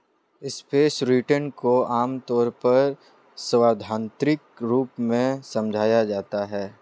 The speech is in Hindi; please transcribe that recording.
सापेक्ष रिटर्न को आमतौर पर सैद्धान्तिक रूप से समझाया जाता है